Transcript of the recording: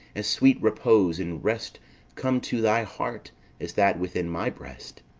as sweet repose and rest come to thy heart as that within my breast!